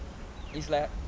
it's like